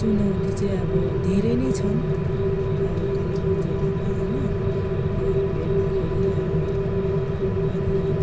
चुनौति चाहिँ अब धेरै नै छन् अब कालिम्पोङ जिल्लामा होइन हेर्दाखेरि अब अनि